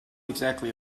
exactly